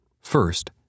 First